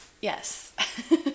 Yes